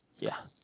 ya